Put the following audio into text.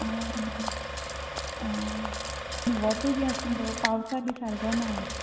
हय हय हय वत बी आसा न्ही गो पावसा बी सारको ना